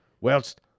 whilst